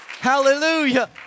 Hallelujah